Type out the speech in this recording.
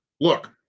look